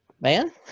man